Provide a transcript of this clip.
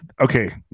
okay